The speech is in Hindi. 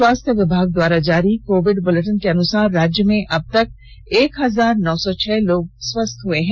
स्वास्थ्य विभाग े द्वारा जारी कोविड बुलेटिन के अनुसार राज्य में अब तक एक हजार नौ सौ छह लोग स्वस्थ चुके हैं